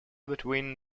between